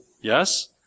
yes